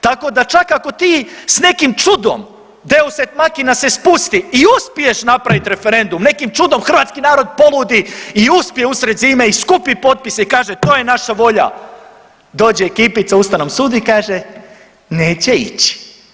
Tako da čak ako ti s nekim čudom deus ex makina se spusti i uspiješ napravit referendum, nekim čudom hrvatski narod poludi i uspije usred zime i skupi potpise i kaže to je naša volja, dođe ekipica Ustavnom sudu i kaže neće ići.